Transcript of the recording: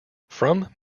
from